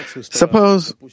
Suppose